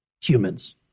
humans